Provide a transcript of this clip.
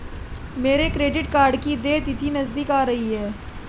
मेरे credit card की देय तिथि नज़दीक आ रही है